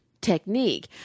technique